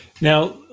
Now